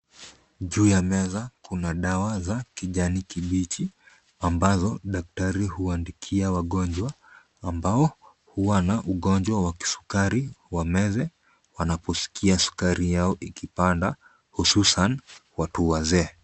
Juu ya meza kuna dawa za kijani kibichi ambazo daktari huandikia wagonjwa, ambao huwa na ugonjwa wa kisukari, wameze wanaposikia sukari yao ikipanda hususan watu wazee.